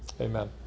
Amen